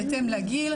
בהתאם לגיל,